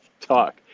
talk